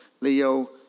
Leo